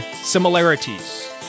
similarities